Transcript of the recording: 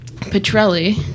Petrelli